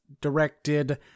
directed